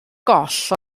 goll